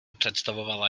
představovala